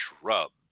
shrubs